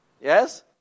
yes